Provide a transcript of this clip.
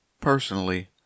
Personally